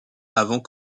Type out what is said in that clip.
avant